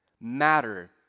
matter